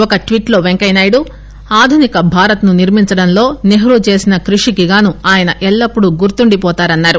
ఒక ట్వీట్ లో పెంకయ్యనాయుడు ఆధునిక భారత్ను నిర్మించడంలో నెహ్రూ చేసిన కృషికి గాను ఆయన ఎల్లప్పుడు గుర్తుండిపోతారని అన్నారు